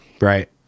Right